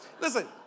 Listen